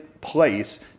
place